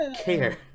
care